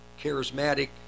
charismatic